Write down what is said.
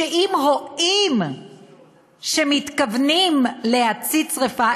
שאם רואים שמתכוונים להצית שרפה,